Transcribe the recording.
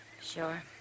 Sure